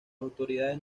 autoridades